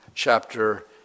Chapter